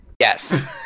Yes